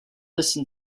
listen